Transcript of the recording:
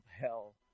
hell